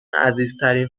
عزیزترین